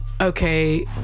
okay